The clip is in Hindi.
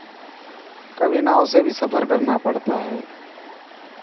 कभी नाव से भी सफ़र करना पड़ता है